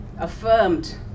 affirmed